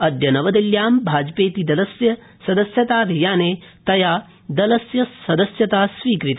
अद्य नवदिल्ल्यां भाजपेति दलस्य सदस्यताभियाने तया दलस्य सदस्यता स्वीकृता